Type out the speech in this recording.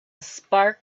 spark